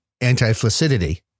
anti-flaccidity